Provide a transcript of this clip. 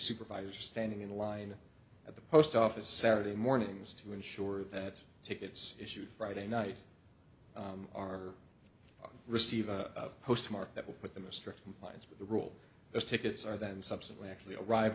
supervisor standing in line at the post office saturday mornings to ensure that tickets issued friday night are receive a postmark that will put them a strict compliance with the rule those tickets are then subsequent actually arrive